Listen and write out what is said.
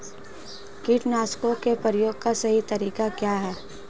कीटनाशकों के प्रयोग का सही तरीका क्या है?